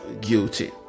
guilty